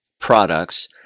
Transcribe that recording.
products